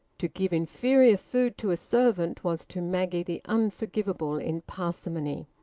to give inferior food to a servant was to maggie the unforgivable in parsimony.